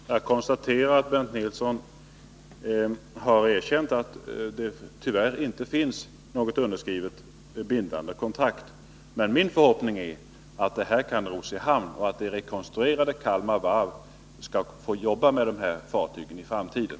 Herr talman! Jag konstaterar att Bernt Nilsson har erkänt att det tyvärr inte finns något underskrivet, bindande kontrakt. Min förhoppning är 45 emellertid att detta kan ros i hamn och att det rekonstruerade Kalmar Varv skall få jobba med de här fartygen i framtiden.